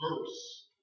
verse